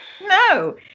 No